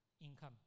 income